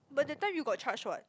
but that time you got charged what